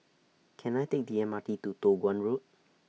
Can I Take The M R T to Toh Guan Road